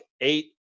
eight